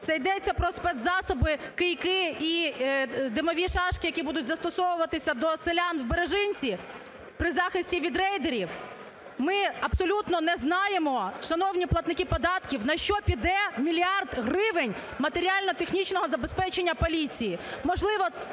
Це йдеться про спецзасоби – кийки і димові шашки, які будуть застосовуватися до селян в Бережинці при захисті від рейдерів? Ми абсолютно не знаємо, шановні платники податків, на що піде мільярд гривень матеріально-технічного забезпечення поліції.